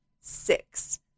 six